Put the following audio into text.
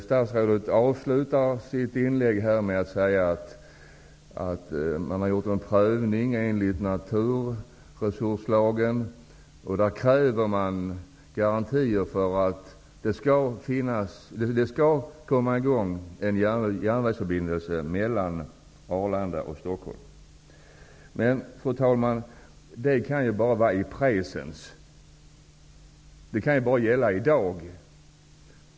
Statsrådet avslutade svaret med att säga att regeringen har gjort en prövning enligt naturresurslagen när det gäller en tredje rullbana på Arlanda, där det krävs garantier för att det skall öppnas en järnvägsförbindelse mellan Arlanda och Stockholm. Men, fru talman, det kan ju bara gälla i dag.